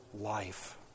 life